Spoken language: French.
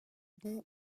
bon